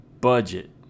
budget